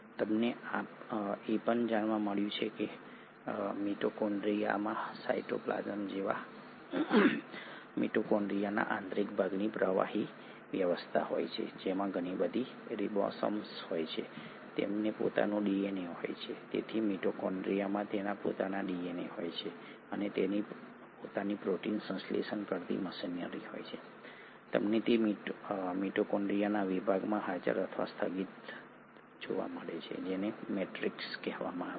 તમને એ પણ જાણવા મળ્યું છે કે મિટોકોન્ડ્રિયા માં સાયટોપ્લાસમ જેવા મિટોકોન્ડ્રિયાના આંતરિક ભાગમાં પ્રવાહી વ્યવસ્થા હોય છે જેમાં ઘણી બધી રિબોસોમ્સ હોય છે તેનું પોતાનું ડીએનએ હોય છે તેથી મિટોકોન્ડ્રિયામાં તેના પોતાના ડીએનએ હોય છે અને તેની પોતાની પ્રોટીન સંશ્લેષણ કરતી મશીનરી હોય છે તમને તે મિટોકોન્ડ્રિયાના વિભાગમાં હાજર અથવા સ્થગિત જોવા મળે છે જેને મેટ્રિક્સ કહેવામાં આવે છે